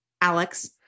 Alex